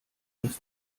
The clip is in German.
des